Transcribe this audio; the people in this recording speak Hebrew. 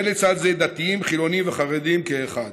זה לצד זה, דתיים, חילונים וחרדים כאחד.